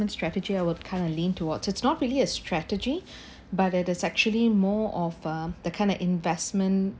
investment strategy I would kind of lean towards it's not really a strategy but it is actually more of uh the kind of investment